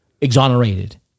exonerated